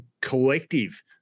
collective